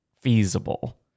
feasible